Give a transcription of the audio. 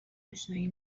اشنایی